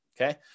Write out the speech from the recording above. okay